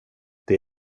det